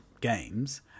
games